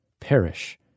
perish